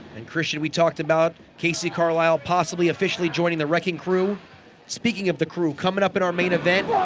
and christian we talked about kacee carlisle possibly officially joining the wrecking crew speaking of the crew, coming up in our main event,